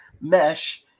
mesh